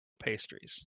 pastries